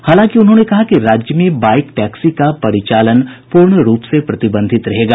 हालांकि उन्होंने कहा कि राज्य में बाइक टैक्सी का परिचालन पूर्ण रूप से प्रतिबंधित रहेगा